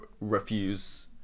refuse